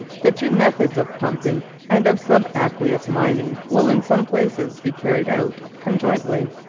the two methods of pumping and of subaqueous mining will in some places be carried out conjointly.